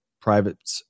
private